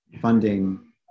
funding